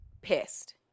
pissed